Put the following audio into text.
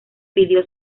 pidió